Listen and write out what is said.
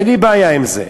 אין לי בעיה עם זה.